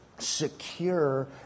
secure